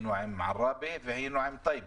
עראבה וטייבה.